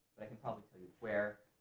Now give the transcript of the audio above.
but i can probably tell you where.